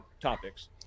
topics